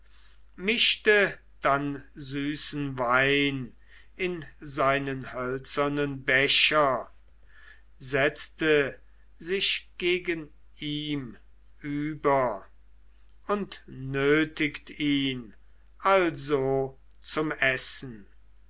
mischte dann süßen wein in seinem hölzernen becher setzte sich gegen ihm über und nötigt ihn also zum essen